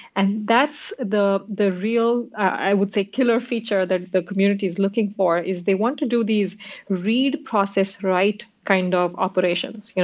and that's the the real, i would say, killer feature that the community is looking for is they want to do these read process write kind of operations. you know